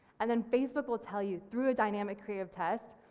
and then facebook will tell you through a dynamic creative test,